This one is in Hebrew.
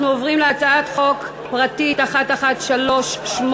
אנחנו עוברים להצעת חוק פרטית מס' 1138,